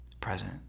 present